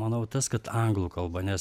manau tas kad anglų kalba nes